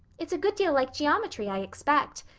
it's a good deal like geometry, i expect.